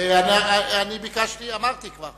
אמרתי כבר,